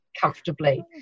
comfortably